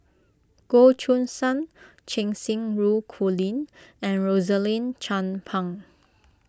Goh Choo San Cheng Xinru Colin and Rosaline Chan Pang